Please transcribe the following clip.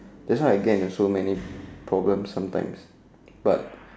there's why I get into so many problems sometimes but